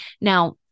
Now